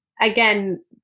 again